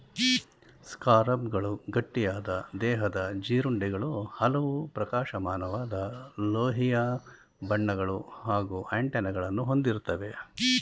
ಸ್ಕಾರಬ್ಗಳು ಗಟ್ಟಿಯಾದ ದೇಹದ ಜೀರುಂಡೆಗಳು ಹಲವು ಪ್ರಕಾಶಮಾನವಾದ ಲೋಹೀಯ ಬಣ್ಣಗಳು ಹಾಗೂ ಆಂಟೆನಾಗಳನ್ನ ಹೊಂದಿರ್ತವೆ